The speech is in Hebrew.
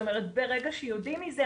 ברגע שיודעים מזה,